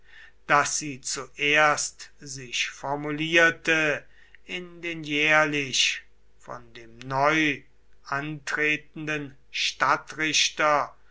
daß sie zuerst sich formulierte in den jährlich von dem neu antretenden